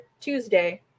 Tuesday